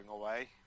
away